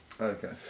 Okay